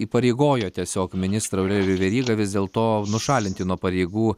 įpareigojo tiesiog ministrą aurelijų verygą vis dėl to nušalinti nuo pareigų